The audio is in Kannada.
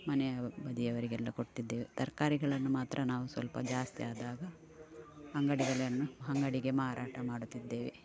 ಮನೆಯ ಬದಿಯವರಿಗೆಲ್ಲ ಕೊಡ್ತಿದ್ದೇವೆ ತರಕಾರಿಗಳನ್ನು ಮಾತ್ರ ನಾವು ಸ್ವಲ್ಪ ಜಾಸ್ತಿ ಆದಾಗ ಅಂಗಡಿಗಳನ್ನು ಅಂಗಡಿಗೆ ಮಾರಾಟ ಮಾಡುತ್ತಿದ್ದೇವೆ